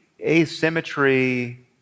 asymmetry